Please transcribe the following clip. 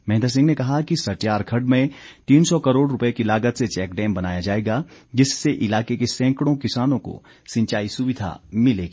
महेंद्र सिंह ने कहा कि सटेयार खड्ड में तीन सौ करोड़ रुपए की लागत से चैक डैम बनाया जाएगा जिससे इलाके की सैंकड़ों किसानों को सिंचाई सुविधा मिलेगी